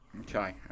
okay